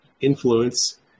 influence